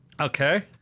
Okay